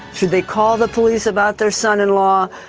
should they call the police about their son in law?